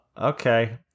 Okay